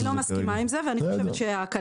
אני לא מסכימה עם זה ואני חושבת שהכלכלה